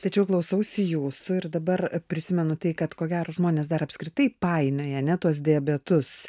tačiau klausausi jūsų ir dabar prisimenu tai kad ko gero žmonės dar apskritai painioja ne tuos diabetus